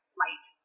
light